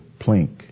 plink